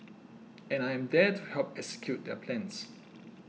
and I am there to help to execute their plans